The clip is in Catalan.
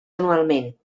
anualment